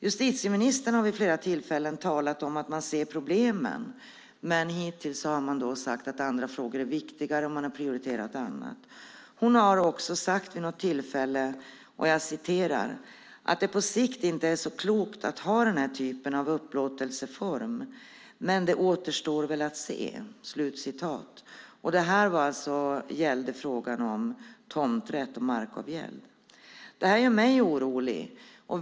Justitieministern har vid flera tillfällen sagt att man ser problemen, men hittills har man sagt att andra frågor är viktigare och därför prioriterat annat. Hon har vid något tillfälle även sagt: Det är på sikt inte så klokt att ha den här typen av upplåtelseform, men det återstår väl att se. Det gällde alltså frågan om tomträtt och markavgäld. Detta gör mig orolig.